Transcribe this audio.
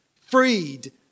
Freed